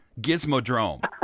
Gizmodrome